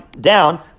down